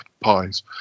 pies